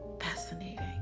fascinating